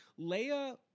Leia